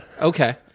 Okay